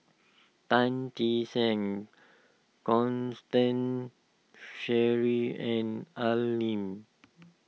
Tan Che Sang Constance Sheares and Al Lim